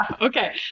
Okay